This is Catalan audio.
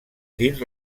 dins